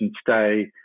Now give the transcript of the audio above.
stay